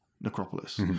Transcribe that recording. necropolis